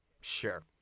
sure